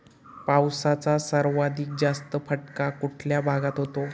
पावसाचा सर्वाधिक जास्त फटका कुठल्या भागात होतो?